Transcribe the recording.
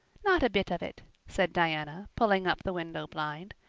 not a bit of it, said diana, pulling up the window blind.